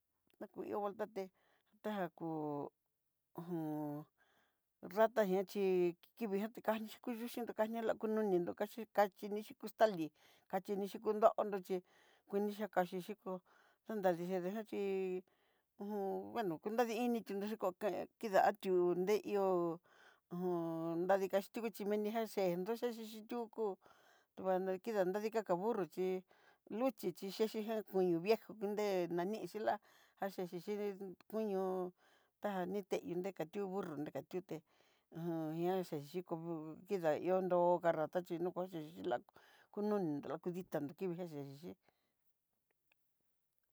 Naku ihó voltaté taja kú hon ratá nguia chí kivii ján tikan kuyuxhí nriú canelá kunonindó kaxhí kaxhi ni xhí kuxtalí, kaxhi ni xí kunondó chí kuiinishía kaní xhikó jandá ninbgiá chí ngu'u bueno kunradi initió xhí kóo ká kidatió nre ihó nradiká xhitío xhí menijá yeedó nriche yendé yukú, vano kidando diká ká burro chí luchí chí chechijá kuin viejó nré nanixhí la'a, jaxhi chí kuñó'o tajá ni te'i nraka ti'ó burru nakatiuté, ajan ná xhia xhikúu tidá ihondó karratá xhino kuaxhí chí lá kunoni nró lakuditandó kivexhí xhí xhéxi.